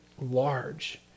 large